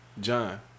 John